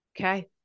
Okay